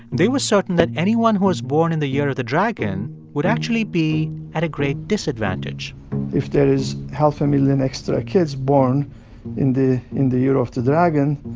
they were certain that anyone who was born in the year of the dragon would actually be at a great disadvantage if there is half a million extra kids born in the in the year of the dragon,